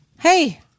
Hey